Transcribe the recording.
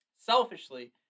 selfishly